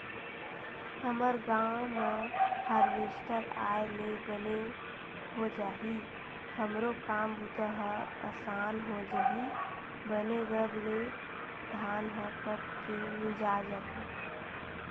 हमर गांव म हारवेस्टर आय ले बने हो जाही हमरो काम बूता ह असान हो जही बने रब ले धान ह कट के मिंजा जाही